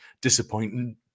disappointing